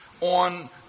on